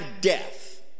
death